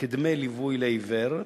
כדמי ליווי לעיוור,